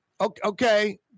Okay